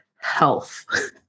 health